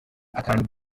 akantu